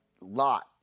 Lot